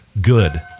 good